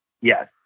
yes